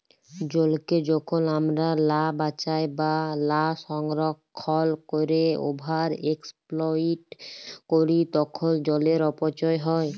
জলকে যখল আমরা লা বাঁচায় বা লা সংরক্ষল ক্যইরে ওভার এক্সপ্লইট ক্যরি তখল জলের অপচয় হ্যয়